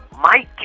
Mike